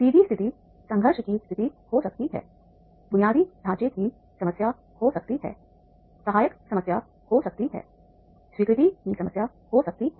सीधी स्थिति संघर्ष की स्थिति हो सकती है बुनियादी ढांचे की समस्या हो सकती है सहायक समस्या हो सकती है स्वीकृति की समस्या हो सकती है